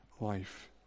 life